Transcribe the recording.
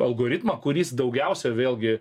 algoritmą kuris daugiausia vėlgi